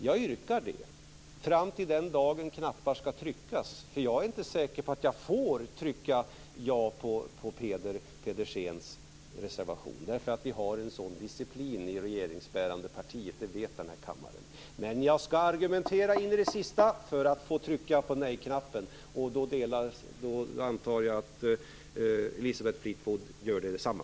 Jag yrkar det fram till den dagen då vi ska trycka på knapparna, men jag är inte säker på att jag får trycka på ja-knappen när vi ska rösta om Peder Pedersens reservation, därför att vi har en sådan disciplin i det regeringsbärande partiet, det vet den här kammaren. Men jag ska argumentera in i det sista för att få trycka på rätt knapp, och jag antar att Elisabeth Fleetwood gör detsamma.